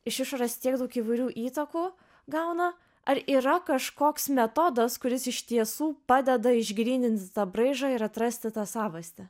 iš išorės tiek daug įvairių įtakų gauna ar yra kažkoks metodas kuris iš tiesų padeda išgryninti tą braižą ir atrasti tą savastį